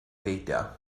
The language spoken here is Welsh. beidio